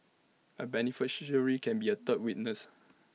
A beneficiary can be A third witness